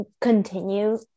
continue